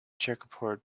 checkerboard